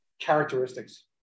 characteristics